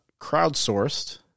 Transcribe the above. crowdsourced